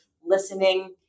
listening